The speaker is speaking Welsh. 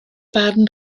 barn